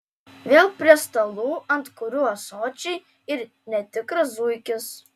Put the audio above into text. vėl prie stalų ant kurių ąsočiai ir netikras zuikis